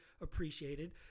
appreciated